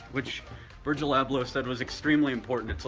which virgil abloh said was extremely important.